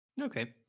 Okay